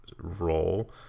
role